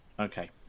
Okay